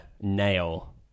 nail